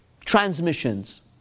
transmissions